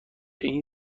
این